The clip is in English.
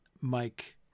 Mike